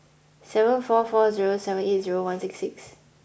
seven four four zero seven eight zero one six six